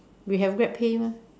we have GrabPay mah